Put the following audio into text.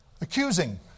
Accusing